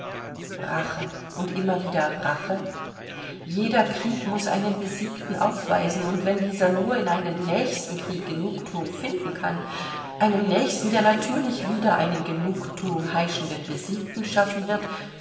rache und immer wieder rache jeder krieg muß einen besiegten aufweisen und wenn dieser nur in einem nächsten krieg genugthuung finden kann einem nächsten der natürlich wieder einen genugthuungheischenden besiegten schaffen wird